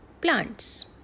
Plants